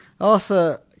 Arthur